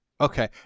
Okay